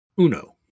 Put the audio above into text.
Uno